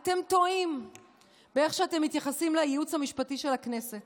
אתם טועים באיך שאתם מתייחסים לייעוץ המשפטי של הכנסת,